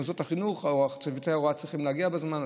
מוסדות החינוך וצוותי ההוראה צריכים להגיע בזמן,